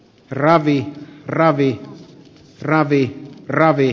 ravi ravi ravi kc ravi